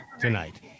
tonight